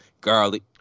garlic